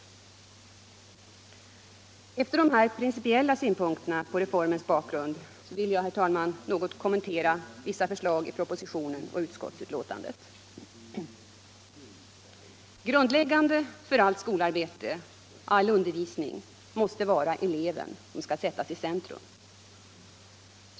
Skolans inre arbete Efter dessa principiella synpunkter på reformens bakgrund vill jag, mm.m. herr talman, något kommentera vissa förslag i propositionen och i utskottsbetänkandet. Grundläggande för allt skolarbete, all undervisning, måste vara att eleven skall sättas i centrum.